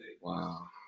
Wow